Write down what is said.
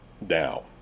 now